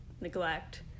neglect